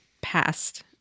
passed